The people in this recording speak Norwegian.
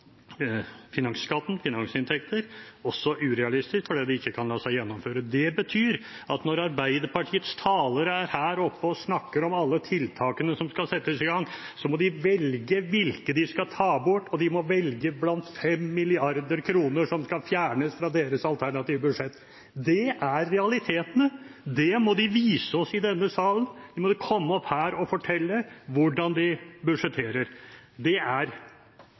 finansinntekter også urealistisk fordi det ikke kan la seg gjennomføre. Det betyr at når Arbeiderpartiets talere er oppe her og snakker om alle tiltakene som skal settes i gang, må de velge hvilke de skal ta bort, og de må velge blant 5 mrd. kr som skal fjernes fra deres alternative budsjett. Det er realitetene. Det må de vise oss i denne salen. De må komme opp her og fortelle hvordan de budsjetterer. Det er